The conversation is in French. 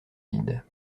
vide